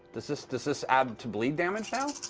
does this? does this add to bleed damage now?